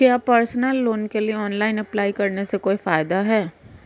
क्या personal loan के लिए ऑनलाइन अप्लाई करने से कोई फायदा है?